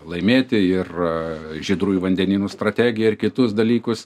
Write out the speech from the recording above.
laimėti ir žydrųjų vandenynų strategiją ir kitus dalykus